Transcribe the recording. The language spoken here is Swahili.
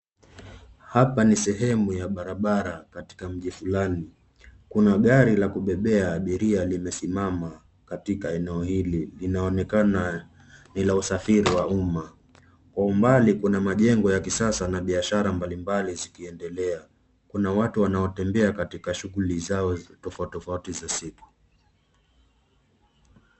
Hapa ni sehemu ya barabara katika mji fulani. Kuna gari la kubebea abiria limesimama katika eneo hili, linaonekana ni la usafiri wa umma. Kwa umbali kuna majengo ya kisasa na biashara mbalimbali zikiendelea. Kuna watu wanaotembea katika shughuli zao tofauti tofauti za siku.